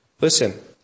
Listen